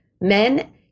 men